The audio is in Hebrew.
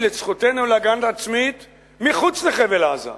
את זכותנו להגנה עצמית מחוץ לחבל-עזה,